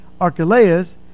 Archelaus